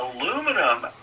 aluminum